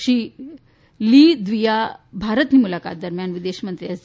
Shri Li દ્વિયાં ભારતની મુલાકાત દરમિયાન વિદેશમંત્રી એસ